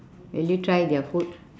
will you try their food